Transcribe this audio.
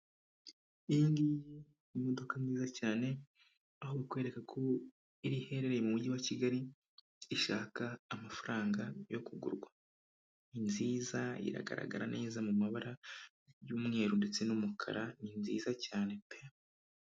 Iyi ngiyi ni imodoka nziza cyane aho bikwereka ko iherereye mu mujyi wa Kigali ishaka amafaranga yo kugurwa ni nziza iragaragara neza mu mabara y'umweru ndetse n'umukara, ni nziza cyane pe.